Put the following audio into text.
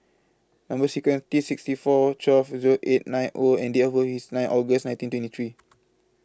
Number sequence T sixty four twelve Zero eight nine O and Date of birth IS nine August nineteen twenty three